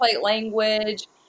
language